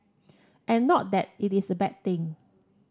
and not that it is a bad thing